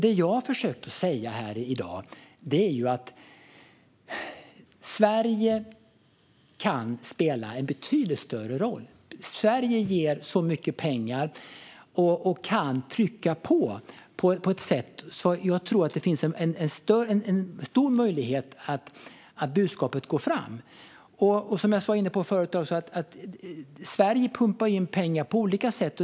Det jag försökt säga här i dag är att Sverige kan spela en betydligt större roll. Sverige ger mycket pengar och kan trycka på. Jag tror att det finns en stor möjlighet att budskapet går fram. Som jag var inne på förut pumpar Sverige in pengar på olika sätt.